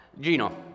Gino